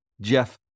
Jeff